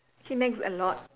he nags a lot